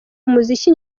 umuziki